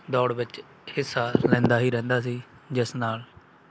ਦੌੜ ਵਿੱਚ ਹਿੱਸਾ ਲੈਂਦਾ ਹੀ ਰਹਿੰਦਾ ਸੀ ਜਿਸ ਨਾਲ